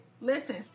Listen